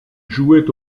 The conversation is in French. jouait